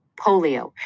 polio